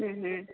ହୁଁ ହୁଁ